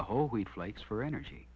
the whole week flights for energy